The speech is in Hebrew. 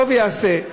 טוב ייעשה,